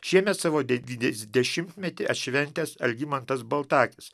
šiemet savo devyniasdešimtmetį atšventęs algimantas baltakis